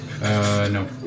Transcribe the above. no